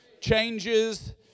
changes